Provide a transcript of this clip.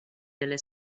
delle